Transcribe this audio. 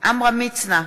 עמרם מצנע,